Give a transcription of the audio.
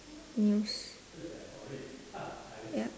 news yup